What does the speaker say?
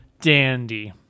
dandy